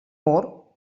more